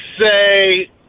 say